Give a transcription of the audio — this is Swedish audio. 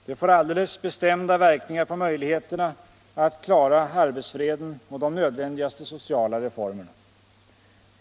Det får alldeles bestämda verkningar på möjligheterna att klara arbetsfreden och de nödvändigaste sociala reformerna.